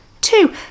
Two